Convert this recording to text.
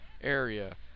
area